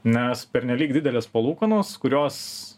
nes pernelyg didelės palūkanos kurios